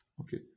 Okay